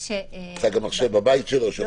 צג המחשב בבית שלו?